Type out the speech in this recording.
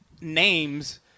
names